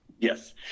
Yes